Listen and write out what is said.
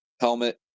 helmet